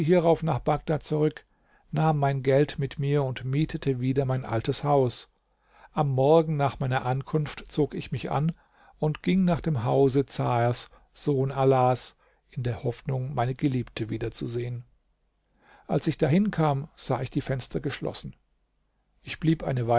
hierauf nach bagdad zurück nahm mein geld mit mir und mietete wieder mein altes haus am morgen nach meiner ankunft zog ich mich an und ging nach dem hause zahers sohn alas in der hoffnung meine geliebte wieder zu sehen als ich dahin kam sah ich die fenster geschlossen ich blieb eine weile